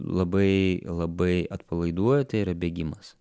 labai labai atpalaiduoja tai yra bėgimas